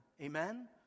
Amen